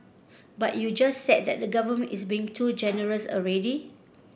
but you just said that the government is being too generous already